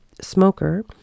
smoker